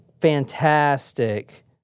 fantastic